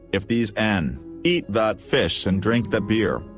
if these n eat that fish and drink that beer,